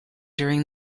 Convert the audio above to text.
during